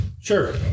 sure